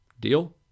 Deal